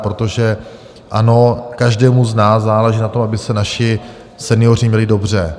Protože ano, každému z nás záleží na tom, aby se naši senioři měli dobře.